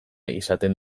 izaten